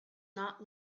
not